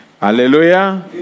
Hallelujah